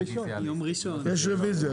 יש רביזיה.